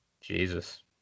Jesus